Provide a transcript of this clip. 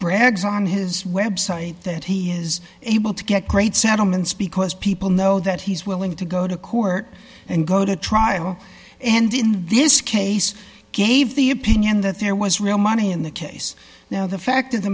brags on his website that he is able to get great settlements because people know that he's willing to go to court and go to trial and in this case gave the opinion that there was real money in the case now the fact of the